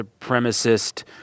supremacist